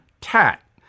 tat